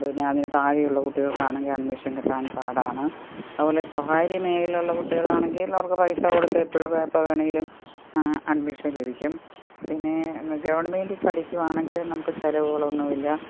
പിന്നെ അതിനുതാഴെ ഉള്ള കുട്ടികൾക്കാണെങ്കിൽ അഡ്മിഷൻ കിട്ടാൻ പാടാണ് അതുപോലെ സ്വകാര്യ മേഖലയിലുള്ള കുട്ടികളാണെങ്കിൽ അവർക്ക് പൈസ കൊടുത്ത് എപ്പോൾ എപ്പോൾ വേണമെങ്കിലും അഡ്മിഷൻ ലഭിക്കും പിന്നെ ഗവൺമെൻ്റിൽ പഠിക്കുകയാണെങ്കിൽ നമുക്ക് ചിലവുകളൊന്നുമില്ല